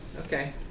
Okay